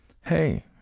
Hey